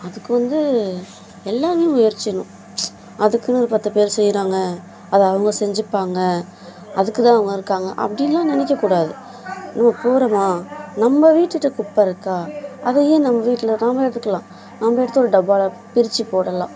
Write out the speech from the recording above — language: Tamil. அதுக்கு வந்து எல்லாமே முயற்சி செய்யணும் அதுக்குன்னு ஒரு பத்து பேர் செய்கிறாங்க அதை அவங்க செஞ்சுப்பாங்க அதுக்குதான் அவங்க இருக்காங்க அப்படிலாம் நினைக்கக்கூடாது இப்போ போகிறமா நம்ம வீட்டுகிட்ட குப்பை இருக்கா அதை ஏன் நம்ம வீட்டில் நாம் எடுத்துக்கலாம் நம்ம எடுத்து அதை டப்பாவில் பிரித்து போடலாம்